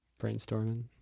Brainstorming